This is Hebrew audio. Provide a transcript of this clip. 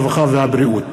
הרווחה והבריאות.